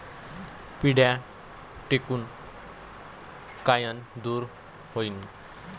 पिढ्या ढेकूण कायनं दूर होईन?